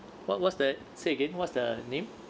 what what's that say again what's the name